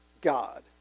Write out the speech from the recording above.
God